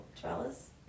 trellis